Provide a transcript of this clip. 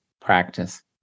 Practice